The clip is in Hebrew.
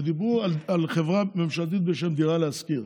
ודיברו על חברה ממשלתית בשם "דירה להשכיר".